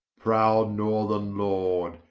proud northerne lord,